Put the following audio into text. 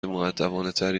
مودبانهتری